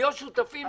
ולהיות שותפים לזה.